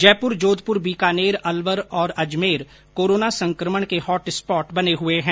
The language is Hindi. जयपुर जोधपुर बीकानेर अलवर और अजमेर कोरोना संक्रमण के हॉट स्पॉट बने हुए हैं